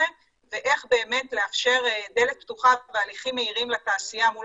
ואיך לאפשר דלת פתוחה והליכים מהירים לתעשייה מול